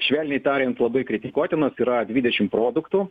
švelniai tariant labai kritikuotinas yra dvidešim produktų